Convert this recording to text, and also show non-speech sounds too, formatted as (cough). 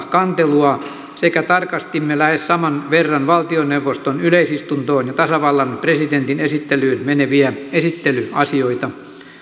(unintelligible) kantelua sekä tarkastimme lähes saman verran valtioneuvoston yleisistuntoon ja tasavallan presidentin esittelyyn meneviä esittelyasioita